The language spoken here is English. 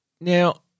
Now